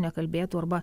nekalbėtų arba